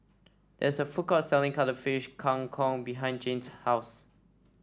there is a food court selling Cuttlefish Kang Kong behind Jane's house